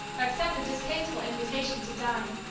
or accept a distasteful invitation to dine.